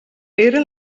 era